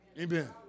Amen